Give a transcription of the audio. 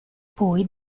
poi